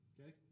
okay